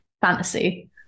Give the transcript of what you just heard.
fantasy